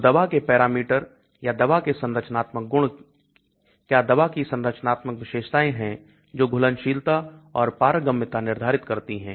तो दवा के पैरामीटर या दवा के संरचनात्मक गुण क्या दवा की संरचनात्मक विशेषताएं है जो घुलनशीलता और पारगम्यता निर्धारित करती हैं